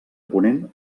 ponent